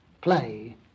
play